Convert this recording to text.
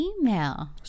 email